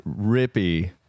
rippy